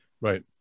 Right